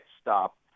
stop